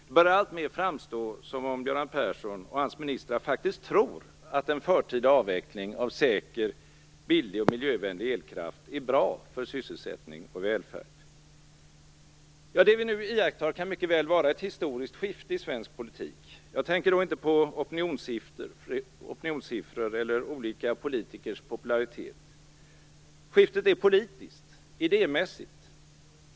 Det börjar alltmer framstå som om Göran Persson och hans ministrar faktiskt tror att en förtida avveckling av säker, billig och miljövänlig elkraft är bra för sysselsättning och välfärd. Det vi nu iakttar kan mycket väl vara ett historiskt skifte i svensk politik. Jag tänker då inte på opinionssiffror eller olika politikers popularitet. Skiftet är politiskt och idémässigt.